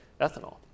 ethanol